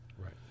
Right